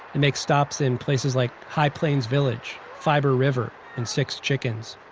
it makes stops in places like high plains village, fiber river and six chickens.